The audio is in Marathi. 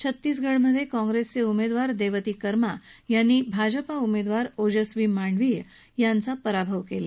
छत्तीसगडमधे काँग्रेसचे उमेदवार देवती कर्मा यांनी भाजपा उमेदवार ओजस्वी मांडवी यांचा पराभव केला